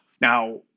Now